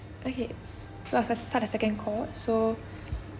okay s~ so I st~ start the second call so